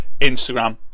Instagram